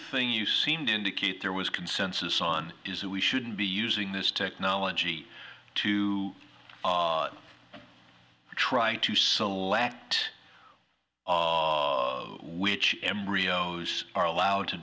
thing you seem to indicate there was consensus on is that we shouldn't be using this technology to try to sow lacked which embryos are allowed to